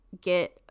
get